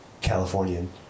californian